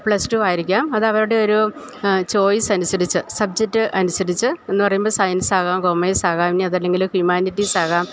പ്ലസ്ടുവായിരിക്കാം അതവരുടെ ഒരു ചോയ്സിന് അനുസരിച്ച് സബ്ജെക്റ്റ് അനുസരിച്ച് എന്ന് പറയുമ്പോൾ സയൻസാകാം കോമേഴ്സാകാം ഇനിയതല്ലെങ്കില് ഹ്യൂമാനിറ്റീസ്സാകാം